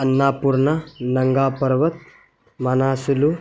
Annapurna Nanga Parbat Manaslu